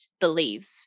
believe